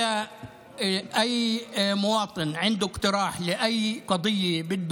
כל אזרח אשר יש לו כל הצעה בכל נושא